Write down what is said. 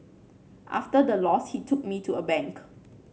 after the loss he took me to a bank